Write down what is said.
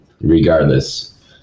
regardless